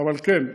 אבל כן,